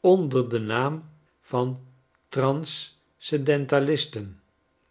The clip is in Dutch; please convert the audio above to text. onder den naam van transcendentalisten